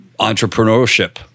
entrepreneurship